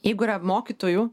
jeigu yra mokytojų